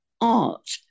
art